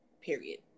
period